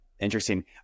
Interesting